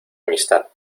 amistad